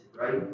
right